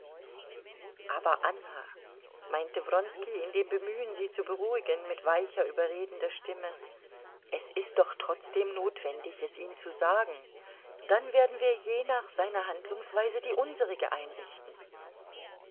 aber anna meinte wronski in dem bemühen sie zu beruhigen mit weicher überredender stimme es ist doch trotzdem notwendig es ihm zu sagen dann werden wir je nach seiner handlungsweise die unserige einrichten